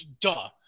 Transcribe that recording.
Duh